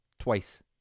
twice